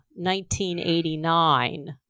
1989